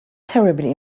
terribly